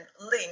link